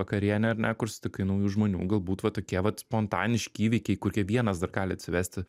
vakarienę ar ne kur sutikai naujų žmonių galbūt va tokie vat spontaniški įvykiai kur kiekvienas dar gali atsivesti